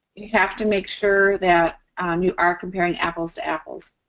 you have to make sure that you are comparing apples to apples.